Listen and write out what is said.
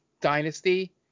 dynasty